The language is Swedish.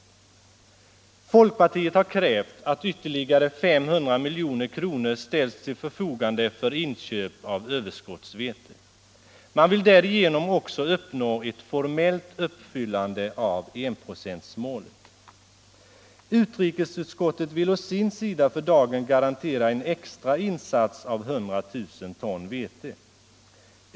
Folkpartiet har krävt att ytterligare 500 miljoner kronor ställs till förfogande för inköp av överskottsvete. Man vill därigenom också uppnå ett formellt uppfyllande av enprocentsmålet. Utrikesutskottet vill å sin sida för dagen garantera en extra insats av 100 000 ton vete.